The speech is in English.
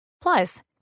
Plus